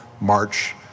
march